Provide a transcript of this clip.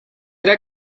era